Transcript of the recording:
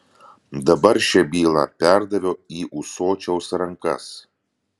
dabar šią bylą perdaviau į ūsočiaus rankas